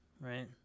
right